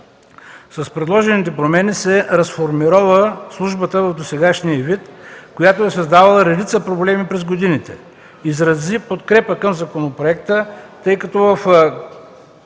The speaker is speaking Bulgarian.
С предложените промени се разформирова службата в досегашния й вид, която е създавала редица проблеми през годините. Изрази подкрепа към законопроекта, тъй като в